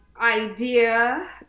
idea